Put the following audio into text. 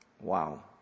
Wow